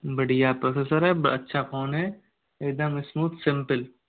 बढ़िया प्रोसेसर है अच्छा फोन है एकदम स्मूथ सिंपल